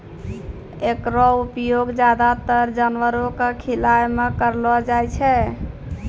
एकरो उपयोग ज्यादातर जानवरो क खिलाय म करलो जाय छै